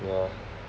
no